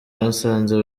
basanze